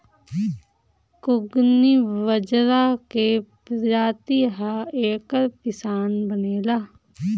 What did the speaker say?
कुगनी बजरा के प्रजाति ह एकर पिसान बनेला